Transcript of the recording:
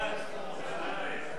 התשע"א 2010,